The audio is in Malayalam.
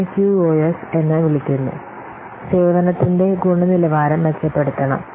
ഇതിനെ QoS എന്ന് വിളിക്കുന്നു സേവനത്തിന്റെ ഗുണനിലവാരം മെച്ചപ്പെടുത്തണം